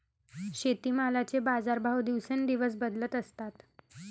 शेतीमालाचे बाजारभाव दिवसेंदिवस बदलत असतात